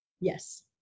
Yes